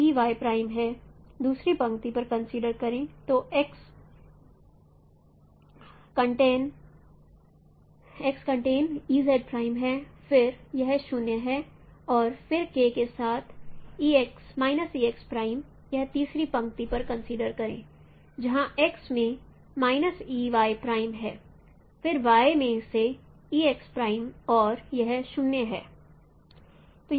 दूसरी पंक्ति पर कंसीडर करें तो x कंटेन है फिर यह 0 है और फिर k के साथ यह तीसरी पंक्ति पर कंसीडर करें जहां x में है फिर y में सेऔर यह 0 है